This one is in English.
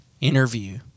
Interview